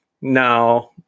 now